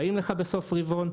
באים לך בסוף רבעון,